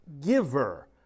giver